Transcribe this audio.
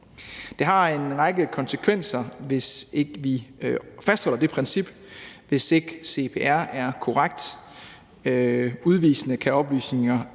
Det har en række konsekvenser, hvis ikke vi fastholder det princip. Hvis ikke oplysningerne